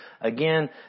Again